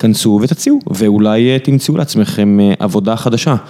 תנסו ותציעו, ואולי תמצאו לעצמכם עבודה חדשה.